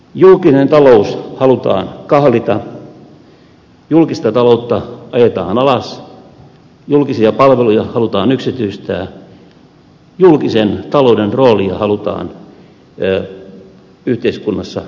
julkinen talous halutaan kahlita julkista taloutta ajetaan alas julkisia palveluja halutaan yksityistää julkisen talouden roolia halutaan yhteiskunnassa purkaa